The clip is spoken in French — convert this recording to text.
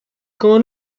quand